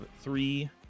three